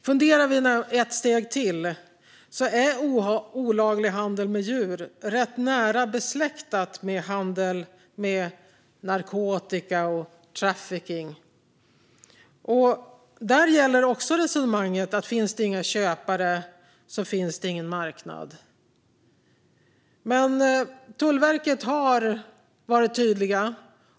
Funderar vi ett steg till kan vi se att olaglig handel med djur är nära besläktat med narkotikahandel och trafficking. Där gäller också resonemanget att finns det inga köpare finns det heller ingen marknad. Tullverket har dock varit tydligt.